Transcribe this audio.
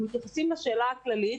אלא אנחנו מתייחסים לשאלה הכללית.